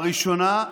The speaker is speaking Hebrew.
הראשונה: